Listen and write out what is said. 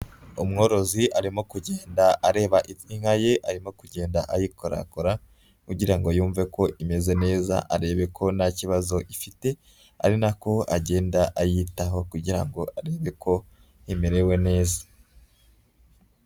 Umworozi arimo kugenda areba inka ye arimo kugenda ayikorakora kugira ngo yumve ko imeze neza, arebe ko nta kibazo ifite, ari nako agenda ayitaho kugira ngo arebe ko imerewe neza.